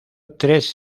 tres